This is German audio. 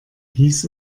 hieß